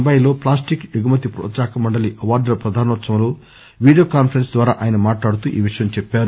ముంబైలో ప్లాస్టిక్ ఎగుమతి హ్రోత్సాహక మండలి అవార్డుల ప్రదానోత్సవంలో వీడియో కాన్పరెన్స్ ద్వారా ఆయన మాట్లాడుతూ ఈ విషయం చెప్పారు